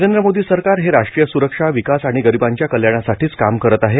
नरेंद्र मोदी सरकार हे राष्ट्रीय स्रक्षा विकास आणि गरिबांच्या कल्याणासाठीच काम करत आहे